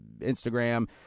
Instagram